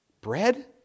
bread